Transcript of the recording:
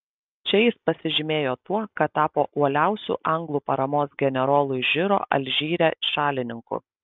čia jis pasižymėjo tuo kad tapo uoliausiu anglų paramos generolui žiro alžyre šalininku